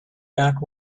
back